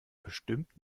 bestimmt